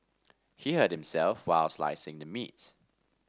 he hurt himself while slicing the meat